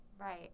Right